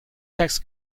sex